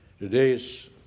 Today's